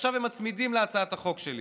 עכשיו הם מצמידים להצעת החוק שלי.